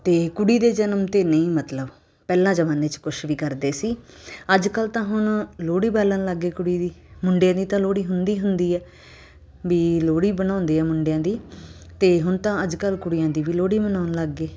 ਅਤੇ ਕੁੜੀ ਦੇ ਜਨਮ 'ਤੇ ਨਹੀਂ ਮਤਲਬ ਪਹਿਲਾਂ ਜ਼ਮਾਨੇ 'ਚ ਕੁਝ ਵੀ ਕਰਦੇ ਸੀ ਅੱਜ ਕੱਲ੍ਹ ਤਾਂ ਹੁਣ ਲੋਹੜੀ ਬਾਲਣ ਲੱਗ ਗਏ ਕੁੜੀ ਦੀ ਮੁੰਡੇ ਦੀ ਤਾਂ ਲੋਹੜੀ ਹੁੰਦੀ ਹੁੰਦੀ ਹੈ ਵੀ ਲੋਹੜੀ ਬਣਾਉਂਦੇ ਆ ਮੁੰਡਿਆਂ ਦੀ ਅਤੇ ਹੁਣ ਤਾਂ ਅੱਜ ਕੱਲ੍ਹ ਕੁੜੀਆਂ ਦੀ ਵੀ ਲੋਹੜੀ ਮਨਾਉਣ ਲੱਗ ਗਏ